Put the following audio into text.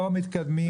לא מתקדמים.